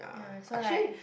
ya so like